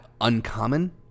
uncommon